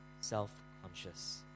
self-conscious